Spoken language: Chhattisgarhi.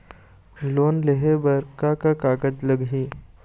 लोन लेहे बर का का कागज लगही?